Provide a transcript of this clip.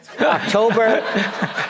October